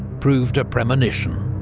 proved a premonition.